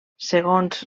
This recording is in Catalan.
segons